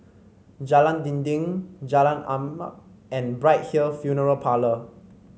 Jalan Dinding Jalan Arnap and Bright Hill Funeral Parlour